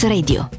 Radio